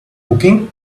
cooking